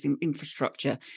Infrastructure